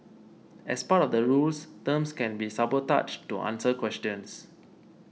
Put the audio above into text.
as part of the rules terms can be sabotaged to answer questions